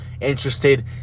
interested